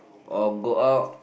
or go out